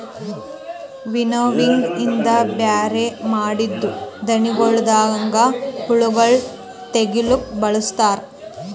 winnowing ಇಂದ ಬ್ಯಾರೆ ಮಾಡಿದ್ದೂ ಧಾಣಿಗೊಳದಾಂದ ಹುಳಗೊಳ್ ತೆಗಿಲುಕ್ ಬಳಸ್ತಾರ್